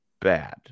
bad